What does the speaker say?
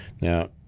now